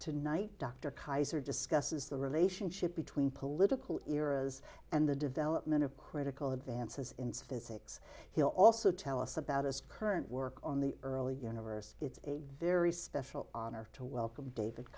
tonight dr keyser discusses the relationship between political eras and the development of critical advances in physics he will also tell us about his current work on the early universe it's a very special honor to welcome david